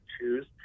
choose